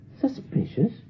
Suspicious